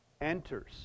Enters